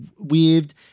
weaved